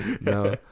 No